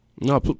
No